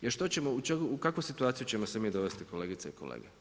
Jer što ćemo, u kakvu situaciju ćemo se mi dovesti kolegice i kolege?